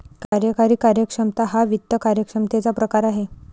कार्यकारी कार्यक्षमता हा वित्त कार्यक्षमतेचा प्रकार आहे